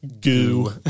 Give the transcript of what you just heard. Goo